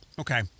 Okay